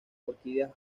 orquídeas